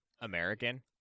American